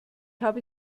habe